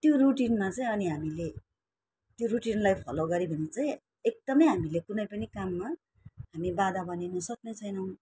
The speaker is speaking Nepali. त्यो रुटिनमा चाहिँ अनि हामीले त्यो रुटिनलाई फलो गऱ्यो भने चाहिँ एकदमै हामीले कुनै पनि काममा हामी बाधा बनिनु सक्नेछैनौँ